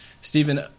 Stephen